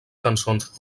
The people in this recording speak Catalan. cançons